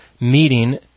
meeting